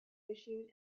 issued